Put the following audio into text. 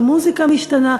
המוזיקה משתנה,